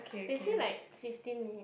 they say like fifteen minutes